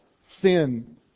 sin